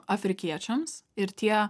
afrikiečiams ir tie